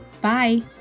Bye